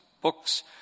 books